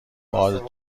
باد